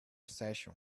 session